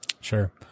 Sure